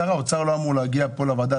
שר האוצר לא אמור להגיע פה לוועדה,